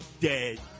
dead